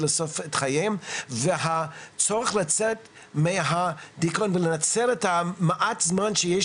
לסוף חייהם והצורך לצאת מהדיכאון ולנצל את המעט זמן שיש